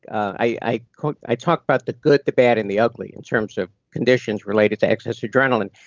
i talk i talk about the good, the bad, and the ugly in terms of conditions related to excess adrenaline.